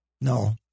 No